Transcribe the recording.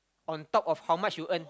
on top of how much you earn